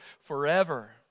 forever